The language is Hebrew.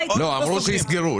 אמרו שיסגרו.